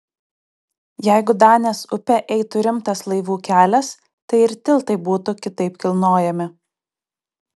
jeigu danės upe eitų rimtas laivų kelias tai ir tiltai būtų kitaip kilnojami